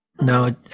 no